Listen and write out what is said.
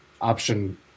option